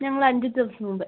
ഞങ്ങൾ അഞ്ചു ദിവസം മുമ്പ്